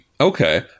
okay